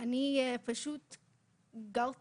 אני הייתי פשוט בכלא.